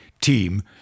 team